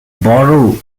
borrow